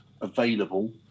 available